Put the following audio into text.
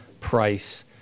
price